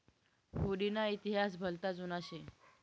हुडी ना इतिहास भलता जुना शे